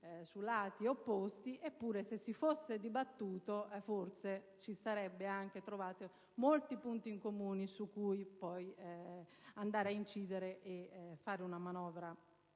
su lati opposti, eppure, se si fosse dibattuto, forse avremmo trovato molti punti in comune su cui poi andare a incidere per fare una manovra